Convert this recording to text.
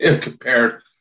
compared